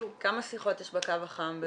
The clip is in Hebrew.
שיחות יש בקו החם?